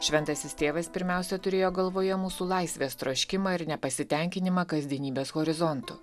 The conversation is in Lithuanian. šventasis tėvas pirmiausia turėjo galvoje mūsų laisvės troškimą ir nepasitenkinimą kasdienybės horizontu